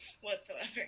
whatsoever